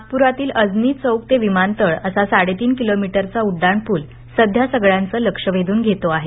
नागपुरातील अजनी चौक ते विमानतळ असा साडेतीन किलोमीटरचा उड्डाणपूल सध्या सगळ्यांचं लक्ष वेधून घेतो आहे